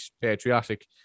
patriotic